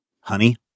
honey